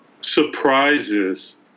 surprises